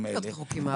ולהיות רחוקים מהבית.